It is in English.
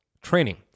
training